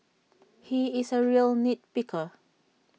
he is A real nit picker